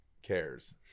cares